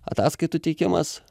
ataskaitų teikimas